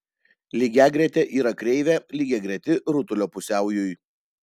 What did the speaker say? lygiagretė yra kreivė lygiagreti rutulio pusiaujui